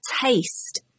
taste